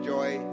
Joy